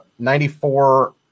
94%